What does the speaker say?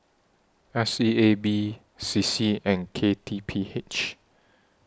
S E A B C C and K T P H